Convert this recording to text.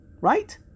Right